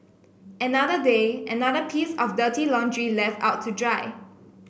another day another piece of dirty laundry left out to dry